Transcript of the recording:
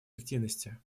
эффективности